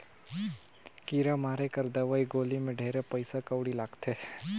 कीरा मारे कर दवई गोली मे ढेरे पइसा कउड़ी लगथे